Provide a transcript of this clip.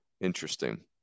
interesting